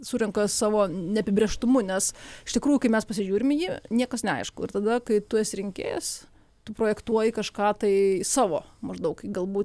surenka savo neapibrėžtumu nes iš tikrųjų kai mes pasižiūrim į jį niekas neaišku ir tada kai tu esi rinkėjas tu projektuoji kažką tai savo maždaug galbūt